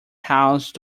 house